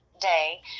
Day